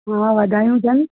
हा वाधायूं हुजनि